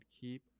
keep